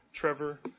Trevor